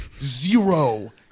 zero